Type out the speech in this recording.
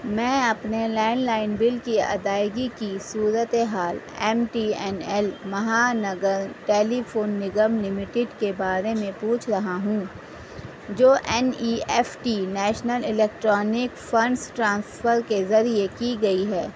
میں اپنے landline bill کی ادائیگی کی صورتحال M T N L Mahanagar telephone Nigam limited کے بارے میں پوچھ رہا ہوں جو N E F T national electronic funds transfer کے ذریعے کی گئی ہے